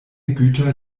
güter